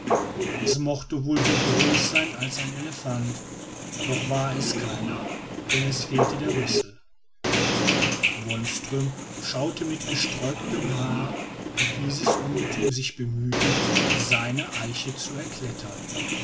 es mochte wohl so groß sein als ein elephant doch war es keiner denn es fehlte der rüssel wonström schaute mit gesträubtem haar wie dieses ungetüm sich bemühte seine eiche zu erklettern